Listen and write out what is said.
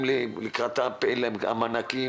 אם המענקים